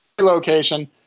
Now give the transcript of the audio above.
location